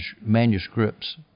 manuscripts